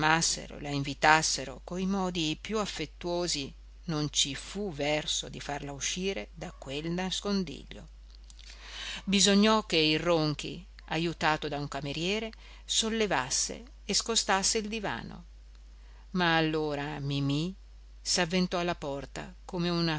la invitassero coi modi più affettuosi non ci fu verso di farla uscire da quel nascondiglio bisognò che il ronchi ajutato da un cameriere sollevasse e scostasse il divano ma allora mimì s'avventò alla porta come una